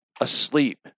asleep